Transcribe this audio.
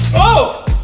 oh!